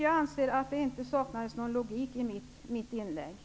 Jag anser att det inte saknades logik i mitt inlägg.